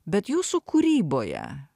bet jūsų kūryboje